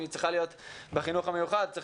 אם היא צריכה להיות בחינוך המיוחד צריך